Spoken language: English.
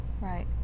Right